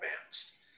advanced